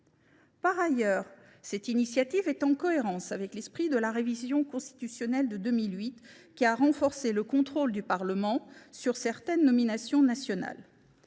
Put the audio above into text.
Par ailleurs, cette initiative est cohérente avec l’esprit de la révision constitutionnelle de 2008, qui a renforcé le contrôle du Parlement sur certaines nominations nationales.